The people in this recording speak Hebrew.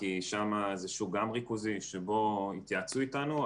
כי שם זה שוק גם ריכוזי שבו התייעצו איתנו.